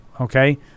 okay